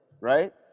right